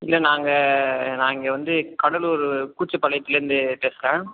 இல்லை நாங்கள் நான் இங்கே வந்து கடலூர் கூச்சப் பாளையத்துலிருந்து பேசுகிறேன்